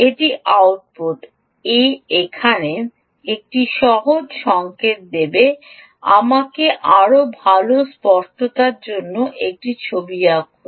এটি আউটপুট এ এখানে একটি সহজ সংকেত দেবে আমাকে আরও ভাল স্পষ্টতার জন্য এটি আঁকুন